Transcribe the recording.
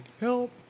help